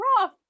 rough